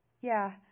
Yeah